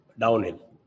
downhill